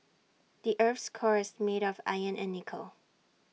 the Earth's core is made of iron and nickel